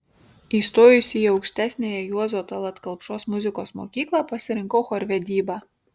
įstojusi į aukštesniąją juozo tallat kelpšos muzikos mokyklą pasirinkau chorvedybą